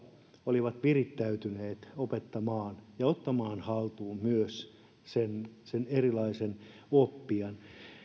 olivat virittäytyneet opettamaan ja ottamaan haltuun myös sen sen erilaisen oppijan